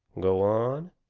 go on.